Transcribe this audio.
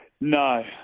No